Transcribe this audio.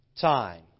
time